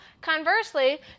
conversely